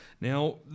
Now